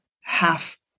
half